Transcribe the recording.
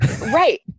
Right